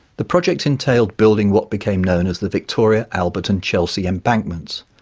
the project entailed building what became known as the victoria, albert and chelsea embankments.